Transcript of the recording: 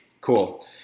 Cool